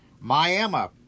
Miami